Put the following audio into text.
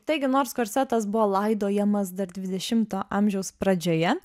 taigi nors korsetas buvo laidojamas dar dvidešimto amžiaus pradžioje